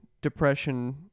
depression